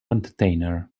entertainer